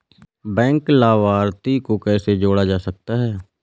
Bank लाभार्थी को कैसे जोड़ा जा सकता है?